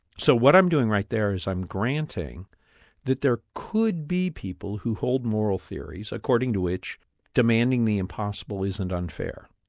so what i'm doing right there is, i'm granting that there could be people who hold moral theories according to which demanding the impossible isn't unfair.